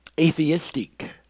atheistic